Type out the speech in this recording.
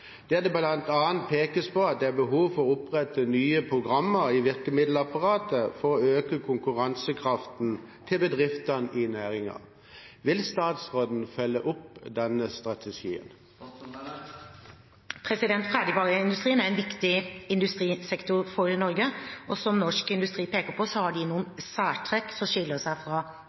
det bl.a. pekes på at det er behov for å opprette nye programmer i virkemiddelapparatet for å øke konkurransekraften til bedriftene i næringen. Vil statsråden følge opp denne strategien?» Ferdigvareindustrien er en viktig industrisektor for Norge, og som Norsk Industri peker på, har den noen særtrekk som skiller den fra